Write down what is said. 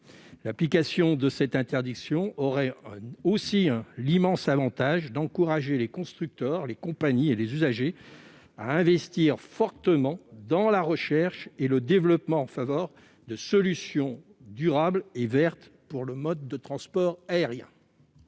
L'application de cette interdiction aurait aussi l'immense avantage d'encourager les constructeurs, les compagnies et les usagers à investir fortement dans la recherche et le développement en faveur de solutions durables et vertes pour ce mode de transport aérien.